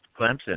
Clemson